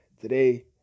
Today